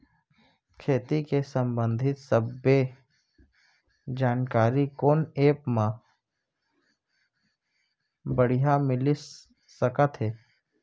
खेती के संबंधित सब्बे जानकारी कोन एप मा बढ़िया मिलिस सकत हे?